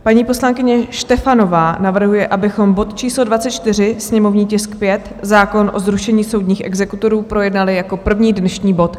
Paní poslankyně Štefanová navrhuje, abychom bod číslo 24, sněmovní tisk 5, zákon o zrušení soudních exekutorů, projednali jako první dnešní bod.